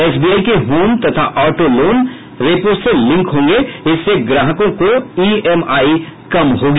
SBI के home तथा auto loan repo से लिंक होंगे इससे ग्राहकों की ईएमआई कम होगी